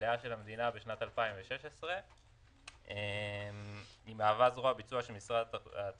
מלאה של המדינה בשנת 2016. היא מהווה זרוע ביצוע של משרד התחבורה.